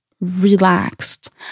relaxed